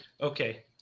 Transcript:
Okay